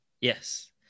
Yes